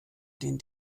den